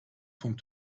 von